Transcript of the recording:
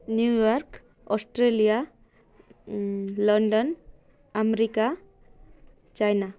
New York Australia London America China